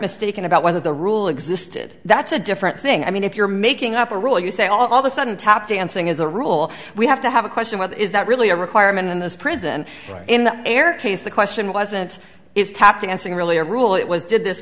mistaken about whether the rule existed that's a different thing i mean if you're making up a rule you say all of a sudden tap dancing is a rule we have to have a question what is that really a requirement in this prison in the air case the question wasn't is tap dancing really a rule it was did this